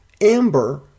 Amber